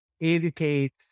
educate